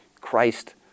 Christ